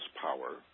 power